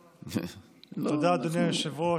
תודה, אדוני היושב-ראש.